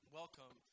welcome